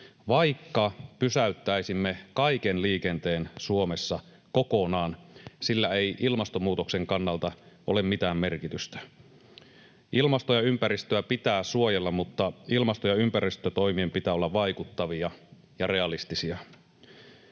Vaikka pysäyttäisimme kaiken liikenteen Suomessa kokonaan, sillä ei ilmastonmuutoksen kannalta ole mitään merkitystä. Ilmastoa ja ympäristöä pitää suojella, mutta ilmasto- ja ympäristötoimien pitää olla vaikuttavia ja realistisia.